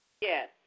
Yes